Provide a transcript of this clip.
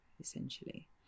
essentially